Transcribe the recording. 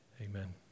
amen